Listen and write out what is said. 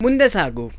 ಮುಂದೆ ಸಾಗು